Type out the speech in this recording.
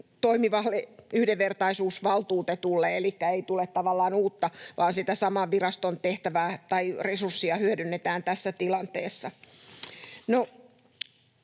toimivalle yhdenvertaisuusvaltuutetulle, elikkä ei tule tavallaan uutta vaan sitä saman viraston tehtävää tai resurssia hyödynnetään tässä tilanteessa.